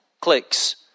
clicks